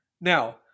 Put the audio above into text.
Now